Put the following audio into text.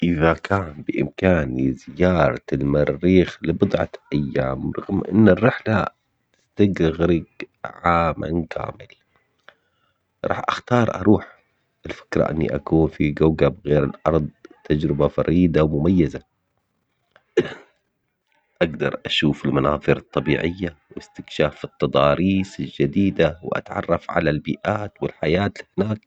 اذا كان بامكاني زيارة المريخ لبضعة ايام رغم ان الرحلة يغرق عاما كامل. راح اختار اروح الفكرة اني اكون في جوجل غير الارض تجربة فريدة ومميزة. اقدر في المناظر الطبيعية واستكشاف التضاريس الجديدة واتعرف على البيئات والحياة هناك